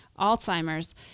Alzheimer's